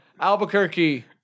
Albuquerque